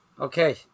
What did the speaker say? Okay